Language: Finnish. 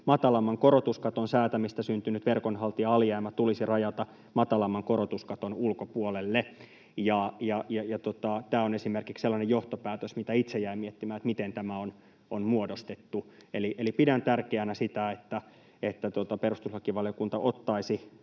matalamman korotuskaton säätämistä syntynyt verkonhaltijan alijäämä tulisi rajata matalamman korotuskaton ulkopuolelle. Tämä on esimerkiksi sellainen johtopäätös, mitä itse jäin miettimään, että miten tämä on muodostettu. Eli pidän tärkeänä sitä, että perustuslakivaliokunta ottaisi